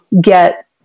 get